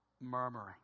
murmuring